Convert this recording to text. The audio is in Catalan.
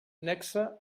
nexe